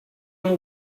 know